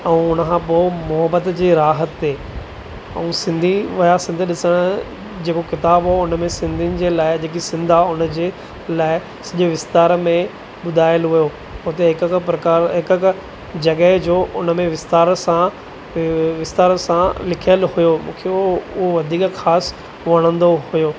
ऐं उनखां पोइ मुहबत जी राह ते ऐं सिंधी विया सिंध ॾिसण जेको किताबु हुओ उनमें सिंधियुनि जे लाइ जेकि सिंध आहे उनजे लाइ सॼो विस्तार में ॿुधायलु हुयो उते हिकु हिकु प्रकार हिकु हिकु जॻह जो उनमें विस्तार सां विस्तार सां लिखियलु हुयो मूंखे उहो उहो वधीक ख़ासि वणंदो हुयो